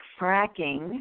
fracking –